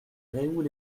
gréoux